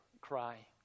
cry